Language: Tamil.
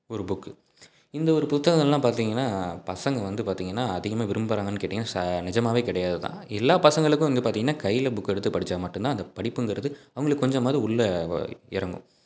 ஒரு புக்கு இந்த ஒரு புத்தகங்களெலாம் பார்த்தீங்கன்னா பசங்கள் வந்து பார்த்தீங்கன்னா அதிகமாக விரும்புகிறாங்கன்னு கேட்டீங்கன்னால் ச நிஜமாவே கிடையாதுதான் எல்லா பசங்களுக்கும் வந்து பார்த்தீங்கன்னா கையில் புக் எடுத்து படித்தா மட்டும்தான் அந்த படிப்புங்கிறது அவர்களுக்கு கொஞ்சமாவது உள்ளே வ இறங்கும்